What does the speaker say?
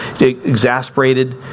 exasperated